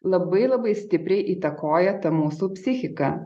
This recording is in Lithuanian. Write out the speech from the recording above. labai labai stipriai įtakoja tą mūsų psichiką